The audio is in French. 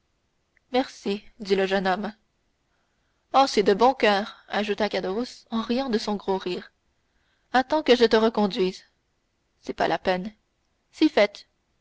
merci dit le jeune homme oh c'est de bon coeur ajouta caderousse en riant de son gros rire attends que je te reconduise ce n'est pas la peine si fait